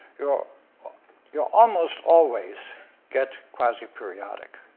you're ah ah you're almost always get quasiperiodic.